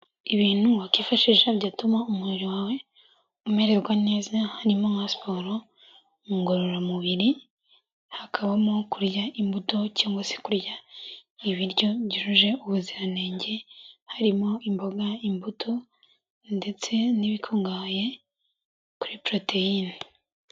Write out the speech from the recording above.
Ibintu wakwifashisha byagatuma umubiri wawe umererwa neza, harimo nka siporo mu ngororamubiri hakabamo kurya imbuto cyangwa se kurya ibiryo byujuje ubuziranenge, harimo imboga imbuto ndetse n'ibikungahaye kuri poroteyine.